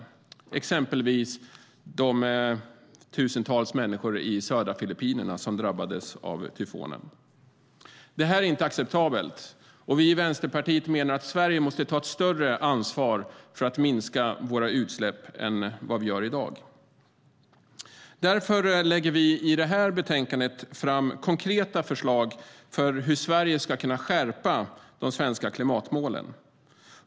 Det är exempelvis de tusentals människor i södra Filippinerna som drabbades av tyfonen. Detta är inte acceptabelt. Vi i Vänsterpartiet menar att Sverige måste ta ett större ansvar för att minska våra utsläpp än vad vi gör i dag. Därför lägger vi i detta betänkande fram konkreta förslag på hur Sverige ska kunna skärpa de svenska klimatmålen.